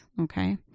Okay